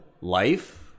life